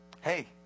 Hey